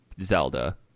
Zelda